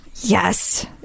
yes